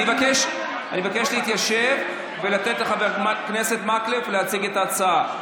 אני מבקש להתיישב ולתת לחבר הכנסת מקלב להציג את ההצעה.